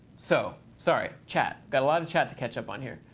so, sorry, chat. got a lot of chat to catch up on here.